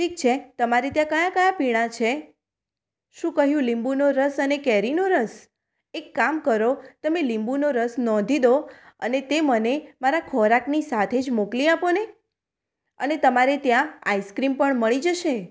ઠીક છે તમારે ત્યાં કયા કયા પીણા છે શું કહ્યું લીંબુનો રસ અને કેરીનો રસ એક કામ કરો તમે લીંબુનો રસ નોંધી દો અને તે મને મારા ખોરાકની સાથે જ મોકલી આપોને અને તમારે ત્યાં આઈસ્ક્રીમ પણ મળી જશે